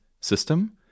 system